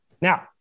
Now